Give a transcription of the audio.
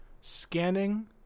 Scanning